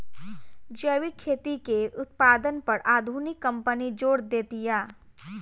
जैविक खेती के उत्पादन पर आधुनिक कंपनी जोर देतिया